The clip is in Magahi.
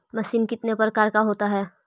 मशीन कितने प्रकार का होता है?